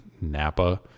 Napa